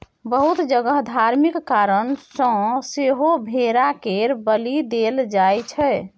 बहुत जगह धार्मिक कारण सँ सेहो भेड़ा केर बलि देल जाइ छै